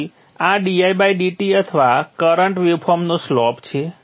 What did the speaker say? તેથી આ didt અથવા કરંટ વેવફોર્મનો સ્લોપ છે